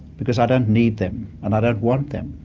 because i don't need them and i don't want them.